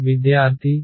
విద్యార్థి Z